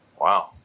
Wow